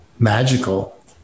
Magical